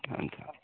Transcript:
हुन्छ